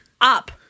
Up